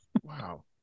Wow